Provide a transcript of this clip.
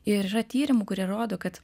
ir yra tyrimų kurie rodo kad